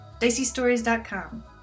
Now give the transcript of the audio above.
diceystories.com